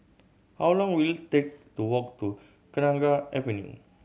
how long will it take to walk to Kenanga Avenue